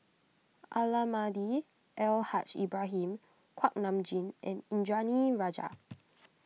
Almahdi Al Haj Ibrahim Kuak Nam Jin and Indranee Rajah